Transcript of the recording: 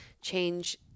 change